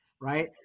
right